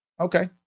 Okay